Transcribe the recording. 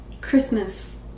Christmas